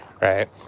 right